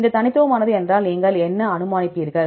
இது தனித்துவமானது என்றால் நீங்கள் என்ன அனுமானிப்பீர்கள்